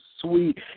sweet